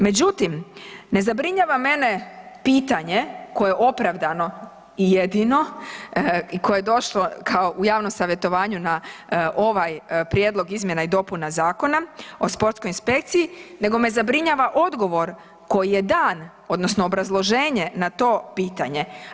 Međutim, ne zabrinjava mene pitanje koje je opravdano i jedino koje je došlo kao u javnom savjetovanju na ovaj prijedlog izmjena i dopuna Zakona o sportskoj inspekciji nego me zabrinjava odgovor koji je dan odnosno obrazloženje na to pitanje.